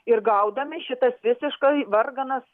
ir gaudami šitas visiškai varganas